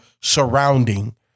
surrounding